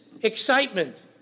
Excitement